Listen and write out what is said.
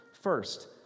First